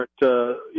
different